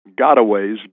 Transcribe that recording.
gotaways